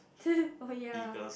oh ya